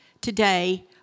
today